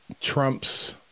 trumps